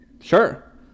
Sure